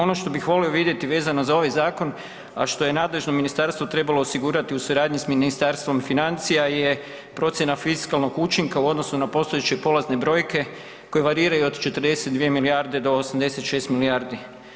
Ono što bih volio vidjeti vezano za ovaj zakon, a što je nadležno ministarstvo trebalo osigurati u suradnji s Ministarstvom financija je procjena fiskalnog učinka u odnosu na postojeće prolazne brojke koje variraju od 42 milijarde do 86 milijardi.